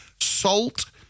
salt